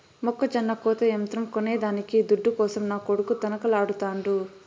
మొక్కజొన్న కోత యంత్రం కొనేదానికి దుడ్డు కోసం నా కొడుకు తనకలాడుతాండు